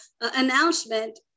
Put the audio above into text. announcement